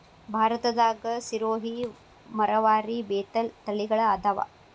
ಭಾರತದಾಗ ಸಿರೋಹಿ, ಮರವಾರಿ, ಬೇತಲ ತಳಿಗಳ ಅದಾವ